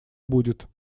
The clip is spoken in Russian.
будет